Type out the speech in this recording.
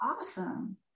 Awesome